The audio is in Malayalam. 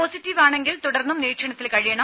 പോസിറ്റീവാണെങ്കിൽ തുടർന്നും നിരീക്ഷണത്തിൽ കഴിയണം